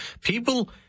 People